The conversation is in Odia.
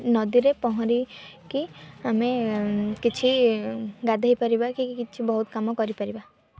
ନଦୀରେ ପହଁରିକି ଆମେ କିଛି ଗାଧୋଇ ପାରିବା କି କିଛି ବହୁତ କାମ କରିପାରିବା